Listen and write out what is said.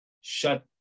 shut